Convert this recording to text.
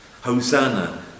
Hosanna